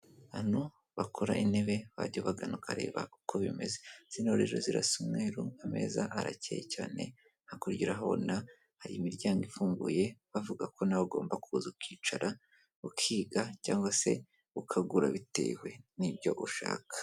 Abantu bakora intebe wajya ubagana ukareba uko bimeze zino zirasa umweru, ameza arakeye cyane hakurya urahabona hari imiryango ifunguye bavuga ko nawe ugomba kuza ukicara ukiga cyangwa se ukagura bitewe n'ibyo ushaka.